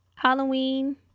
Halloween